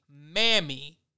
mammy